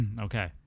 Okay